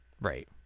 right